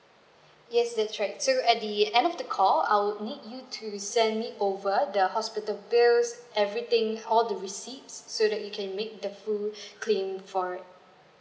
yes that's right so at the end of the call I would need you to send me over the hospital bills everything all the receipt so that you can make the full claim for it